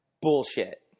bullshit